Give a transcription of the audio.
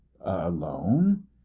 alone